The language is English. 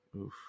Oof